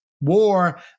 war